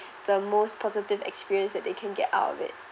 the most positive experience that they can get out of it